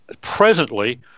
presently